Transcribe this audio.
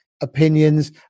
opinions